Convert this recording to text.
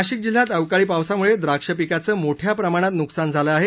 नाशिक जिल्ह्यात अवकाळी पावसामुळे द्राक्ष पिकाचं मोठ्या प्रमाणात नुकसान झालं आहे